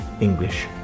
English